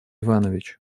иванович